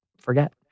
forget